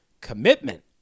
Commitment